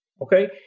okay